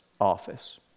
office